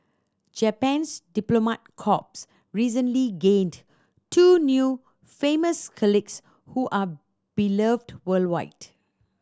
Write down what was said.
Japan's diplomat corps recently gained two new famous colleagues who are beloved worldwide